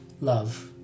Love